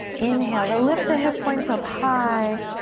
inhale to lift the hip points up high.